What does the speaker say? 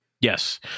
Yes